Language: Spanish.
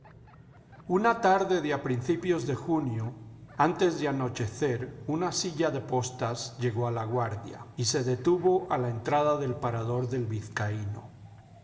una tarde de a principios de junio antes de anochecer una silla de postas llegó a laguardia y se detuvo a la entrada del parador del vizcaíno